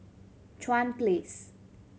Chuan Place